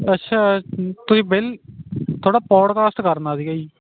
ਅੱਛਾ ਤੁਸੀਂ ਬਿੱਲ ਤੁਹਾਡਾ ਪੌਡਕਾਸਟ ਕਰਨਾ ਸੀਗਾ ਜੀ